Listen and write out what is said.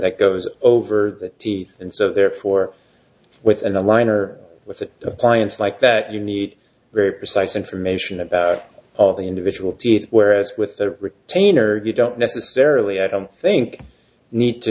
that goes over the teeth and so therefore with a line or with an appliance like that you need very precise information about all the individual teeth whereas with the retainer you don't necessarily i don't think you need to